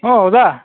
অঁ ৰাজা